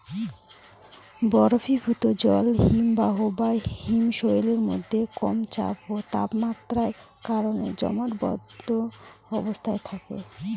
বরফীভূত জল হিমবাহ বা হিমশৈলের মধ্যে কম চাপ ও তাপমাত্রার কারণে জমাটবদ্ধ অবস্থায় থাকে